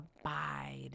abide